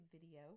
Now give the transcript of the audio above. video